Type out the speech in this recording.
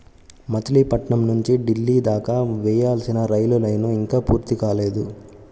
మచిలీపట్నం నుంచి ఢిల్లీ దాకా వేయాల్సిన రైలు లైను ఇంకా పూర్తి కాలేదు